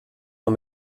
man